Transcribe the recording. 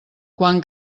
quan